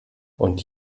und